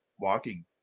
walking